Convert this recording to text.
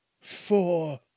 four